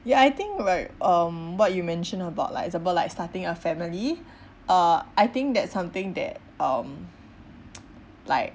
ya I think like um what you mention about like example like starting a family uh I think that's something that um like